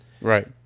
Right